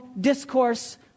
discourse